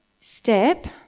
step